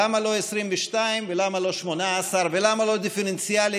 למה לא 22 ולמה לא 18 ולמה לא דיפרנציאלי.